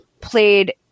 played